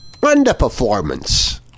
underperformance